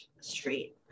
street